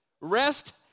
Rest